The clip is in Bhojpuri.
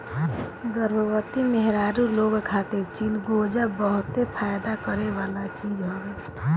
गर्भवती मेहरारू लोग खातिर चिलगोजा बहते फायदा करेवाला चीज हवे